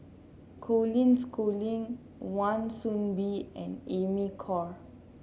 Colin Schooling Wan Soon Bee and Amy Khor